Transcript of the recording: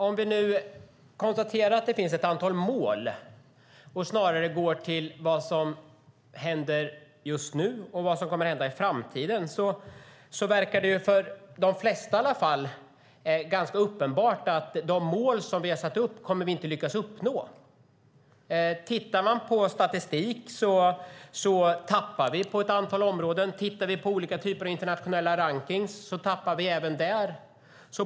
Om vi nu konstaterar att det finns ett antal mål och snarare går till vad som händer just nu och kommer att hända i framtiden: För de flesta verkar det ganska uppenbart att vi inte kommer att lyckas uppnå de mål som vi har satt upp. Tittar man på statistik ser man att vi tappar på ett antal områden. Tittar man på olika typer av internationell rankning ser man att vi tappar även där.